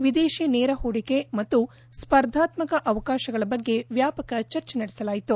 ವಿದೇಶಿ ನೇರ ಹೂಡಿಕೆ ಮತ್ತು ಸ್ಪರ್ಧಾತ್ಮಕ ಅವಕಾಶಗಳ ಬಗ್ಗೆ ವ್ಯಾಪಕ ಚರ್ಚೆ ನಡೆಸಲಾಯಿತು